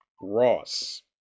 ross